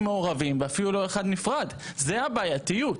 מעורבים ואפילו לא אחד נפרד זו הבעייתיות.